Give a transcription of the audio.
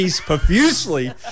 profusely